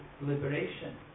liberation